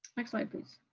next slide, please.